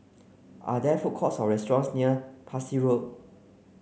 are there food courts or restaurants near Parsi Road